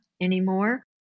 anymore